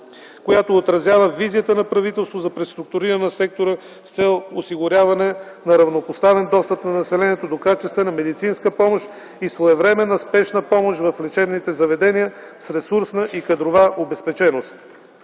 която отразява визията на правителството за преструктуриране на сектора с цел осигуряване на равнопоставен достъп на населението до качествена медицинска помощ и своевременна спешна помощ в лечебните заведения с ресурсна и кадрова обезпеченост.